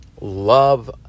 love